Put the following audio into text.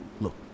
look